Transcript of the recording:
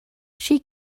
she